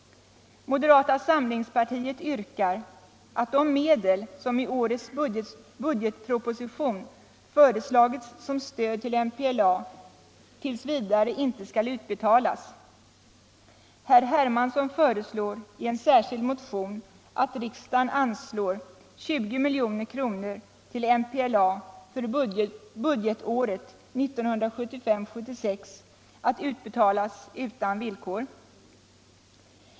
Moderata samlingspartiet yrkar, att de medel som i årets budgetproposition föreslagits som stöd till MPLA t, v. inte skall utbetalas. Herr Hermansson föreslår i en särskild motion att riksdagen anslår 20 milj.kr. till MPLA för budgetåret 1975/76, att utbetalas utan villkor.